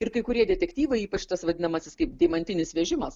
ir kai kurie detektyvai ypač tas vadinamasis kaip deimantinis vežimas